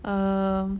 um